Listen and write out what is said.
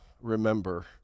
remember